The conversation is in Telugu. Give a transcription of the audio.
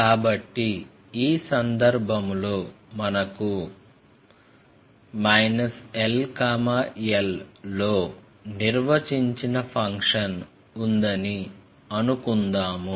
కాబట్టి ఈ సందర్భంలో మనకు l l లో నిర్వచించిన ఫంక్షన్ ఉందని అనుకుందాం